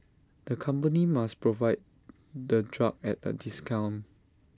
the company must provide the drug at A discount